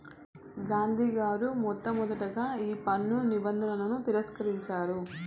గాంధీ గారు మొట్టమొదటగా ఈ పన్ను నిబంధనలను తిరస్కరించారు